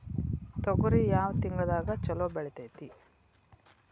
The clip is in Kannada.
ತೊಗರಿ ಯಾವ ತಿಂಗಳದಾಗ ಛಲೋ ಬೆಳಿತೈತಿ?